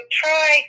try